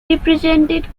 represented